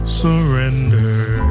surrender